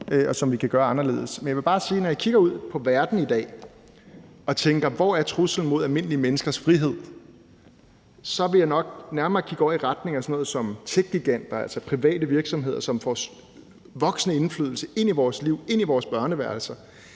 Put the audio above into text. og som vi kan gøre anderledes. Jeg vil bare sige, at når jeg kigger ud på verden i dag og tænker, hvor truslen mod almindelige menneskers frihed er, så vil jeg nok nærmere kigge over i retning af sådan noget som techgiganter, altså private virksomheder, som får voksende indflydelse på vores liv og ind i vores børneværelser,